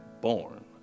born